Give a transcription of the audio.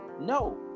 no